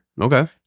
Okay